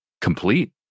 complete